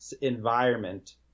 environment